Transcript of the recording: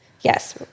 yes